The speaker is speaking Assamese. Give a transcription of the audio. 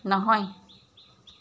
নহয়